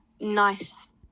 nice